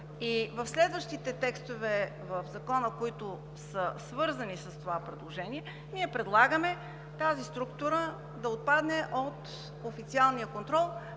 и в следващите текстове в Закона, които са свързани с това предложение, предлагаме тази структура да отпадне от официалния контрол,